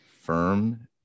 firm